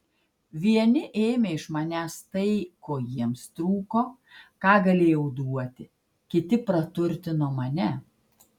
vieni ėmė iš manęs tai ko jiems trūko ką galėjau duoti kiti praturtino mane